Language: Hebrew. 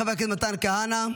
חבר הכנסת מתן כהנא,